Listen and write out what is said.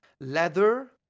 leather